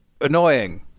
annoying